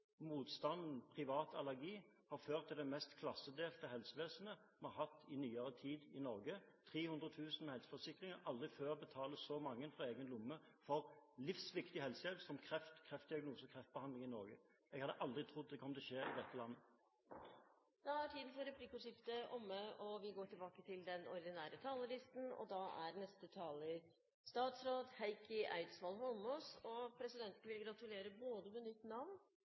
motstanden og privat allergi, har ført til det mest klassedelte helsevesenet vi har hatt i nyere tid i Norge. 300 000 har helseforsikringer. Aldri før har så mange betalt av egen lomme for livsviktig helsehjelp som kreftdiagnose og kreftbehandling i Norge. Jeg hadde aldri trodd det kom til å skje i dette landet. Replikkordskiftet er omme. Neste taler er statsråd Heikki Eidsvoll Holmås. Presidenten vil gratulere, både med nytt navn og